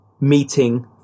meeting